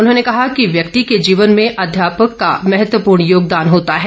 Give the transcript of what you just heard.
उन्होंने कहा कि व्यक्ति के जीवन में अध्यापक का महत्वपूर्ण योगदान होता है